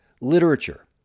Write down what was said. literature